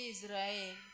Israel